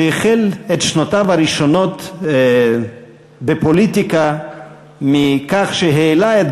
שהחל את שנותיו הראשונות בפוליטיקה מכך שהעלה את